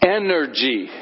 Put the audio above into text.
energy